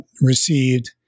received